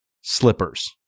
slippers